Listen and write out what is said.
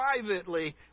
privately